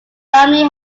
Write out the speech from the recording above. family